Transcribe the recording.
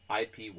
IP